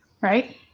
Right